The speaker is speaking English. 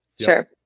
Sure